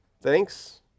Thanks